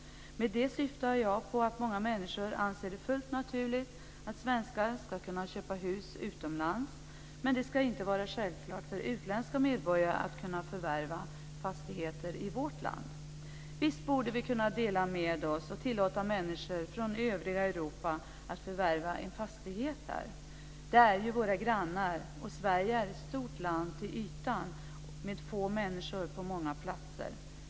Med detta syftar jag på att många människor anser det fullt naturligt att svenskar ska kunna köpa hus utomlands, medan det inte ska vara självklart för utländska medborgare att kunna förvärva fastigheter i vårt land. Visst borde vi kunna dela med oss och tillåta människor från övriga Europa att förvärva en fastighet här. De är ju våra grannar, och Sverige är till ytan ett stort land med få människor på många platser.